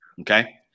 okay